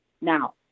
Now